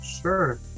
Sure